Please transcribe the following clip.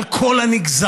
על כל הנגזרות